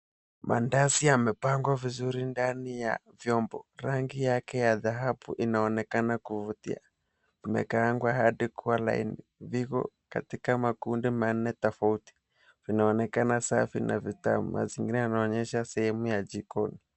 Mandazi amepangwa vizuri ndani ya vyombo. Rangi yake ya dhahabu inaonekana kuvutia. Zimekaangwa hadi kuwa laini. Viko katika makundi manne tofauti. Vinaonekana safi na vitamu. Vingine vinaonyesha sehemu ya jikoni.